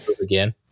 Again